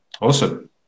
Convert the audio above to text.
Awesome